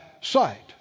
sight